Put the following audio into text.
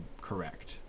correct